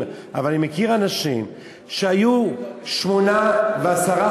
אבל אני מכיר אנשים שהיו שמונה ועשרה